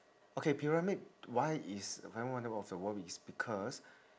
okay pyramid why is seven wonder of the world is because